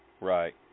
Right